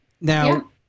Now